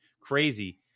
crazy